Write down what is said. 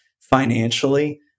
financially